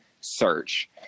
search